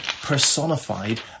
personified